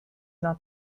not